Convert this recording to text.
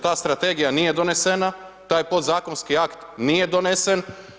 Ta strategija nije donesena, taj podzakonski akt nije donesen.